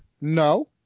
no